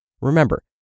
Remember